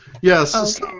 Yes